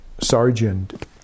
sergeant